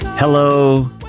Hello